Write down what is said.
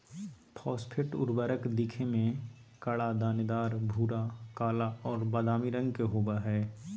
phosphate उर्वरक दिखे में कड़ा, दानेदार, भूरा, काला और बादामी रंग के होबा हइ